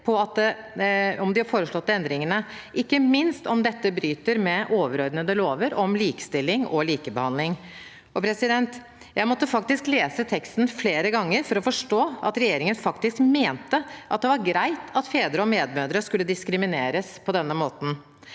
om de foreslåtte endringene, ikke minst om dette bryter med overordnede lover om likestilling og likebehandling. Jeg måtte lese teksten flere ganger for å forstå at regjeringen faktisk mente at det var greit at fedre og medmødre skulle diskrimineres på denne måten.